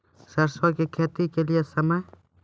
सरसों की खेती के लिए समय?